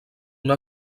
una